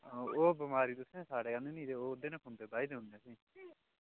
ते ओह् बिमारी तुसें साढ़ै आह्ननी ते ओह्दे नै खुम्बे बाही देई ओड़ने तुसें असें गी